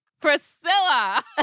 Priscilla